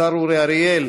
השר אורי אריאל